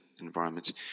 environments